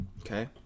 okay